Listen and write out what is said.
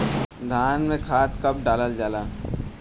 धान में खाद कब डालल जाला?